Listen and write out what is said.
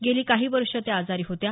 गेली काही वर्ष त्या आजारी होत्या